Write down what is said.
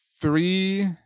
three